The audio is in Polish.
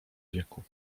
wieku